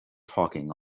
talking